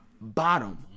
bottom